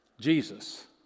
Jesus